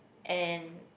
and